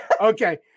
Okay